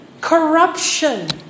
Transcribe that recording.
corruption